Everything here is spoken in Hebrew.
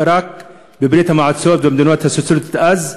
רק בברית-המועצות והמדינות הסוציאליסטיות אז,